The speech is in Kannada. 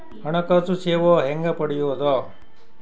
ಹಣಕಾಸು ಸೇವಾ ಹೆಂಗ ಪಡಿಯೊದ?